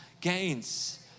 gains